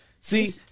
see